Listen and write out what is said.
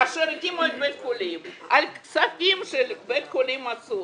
כאשר הקימו את בית החולים בכספים של אסותא,